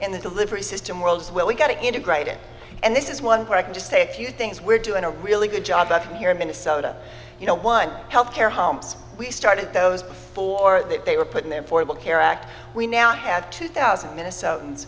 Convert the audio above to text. in the delivery system worlds where we get integrated and this is one where i can just say a few things we're doing a really good job out here in minnesota you know one health care homes we started those before that they were put in their formal care act we now have two thousand minnesotans